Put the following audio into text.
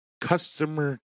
Customer